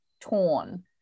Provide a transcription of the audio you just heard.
torn